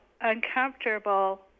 uncomfortable